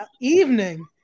evening